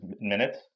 minutes